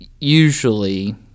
usually